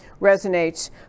resonates